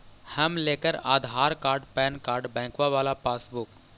हम लेकर Aadhaar card PAN card बैंकवा वाला पासबुक?